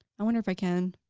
i wonder if i can.